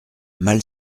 mal